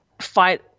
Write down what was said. fight